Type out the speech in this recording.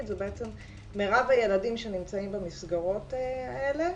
הם בעצם מירב הילדים שנמצאים במסגרות האלה